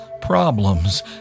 Problems